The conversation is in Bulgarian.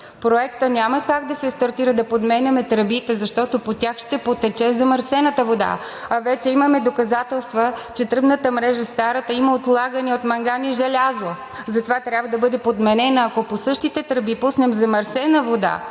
Проектът няма как да се стартира – да подменяме тръбите, защото по тях ще потече замърсената вода. А вече имаме доказателства, че старата тръбна мрежа има отлагания от манган и желязо, затова трябва да бъде подменена. Ако по същите тръби пуснем замърсена вода,